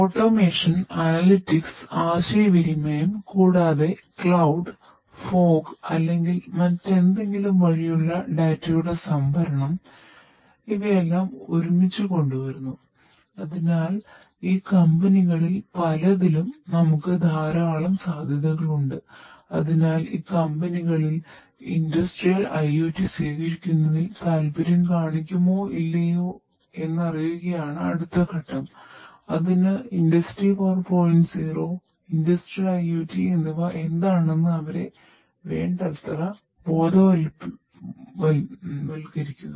automation എന്നിവ എന്താണെന്നു അവരെ വേണ്ടത്ര ബോധവൽക്കരിക്കുക